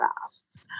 fast